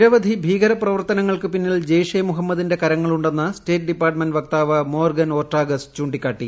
നിരവധി ഭീകര പ്രവർത്തനങ്ങൾക്ക് പിന്നിൽ ജെയ്ഷെ മുഹമ്മദിന്റെ കരങ്ങളുടെ ന്ന് സ്റ്റേറ്റ് ഡിപ്പാർട്ട്മെന്റ് വക്താവ് മോർഗൻ ഒർട്ടാഗസ് ചൂ ിക്കാട്ടി